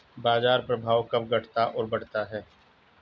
बाजार प्रभाव कब घटता और बढ़ता है?